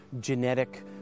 genetic